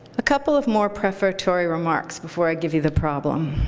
a couple of more prefatory remarks before i give you the problem.